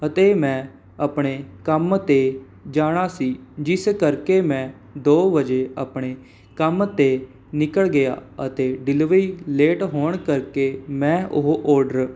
ਅਤੇ ਮੈਂ ਆਪਣੇ ਕੰਮ 'ਤੇ ਜਾਣਾ ਸੀ ਜਿਸ ਕਰਕੇ ਮੈਂ ਦੋ ਵਜੇ ਆਪਣੇ ਕੰਮ 'ਤੇ ਨਿਕਲ ਗਿਆ ਅਤੇ ਡਿਲਵਰੀ ਲੇਟ ਹੋਣ ਕਰਕੇ ਮੈਂ ਉਹ ਔਡਰ